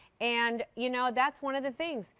and you know, that's one of the things.